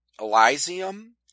Elysium